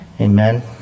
Amen